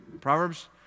Proverbs